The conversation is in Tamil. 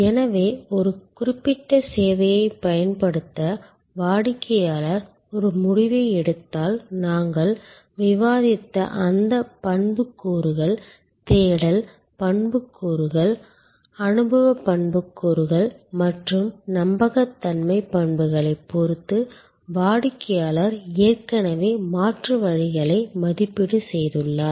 எனவே ஒரு குறிப்பிட்ட சேவையைப் பயன்படுத்த வாடிக்கையாளர் ஒரு முடிவை எடுத்தால் நாங்கள் விவாதித்த அந்த பண்புக்கூறுகள் தேடல் பண்புக்கூறுகள் அனுபவப் பண்புக்கூறுகள் மற்றும் நம்பகத்தன்மை பண்புகளைப் பொறுத்து வாடிக்கையாளர் ஏற்கனவே மாற்று வழிகளை மதிப்பீடு செய்துள்ளார்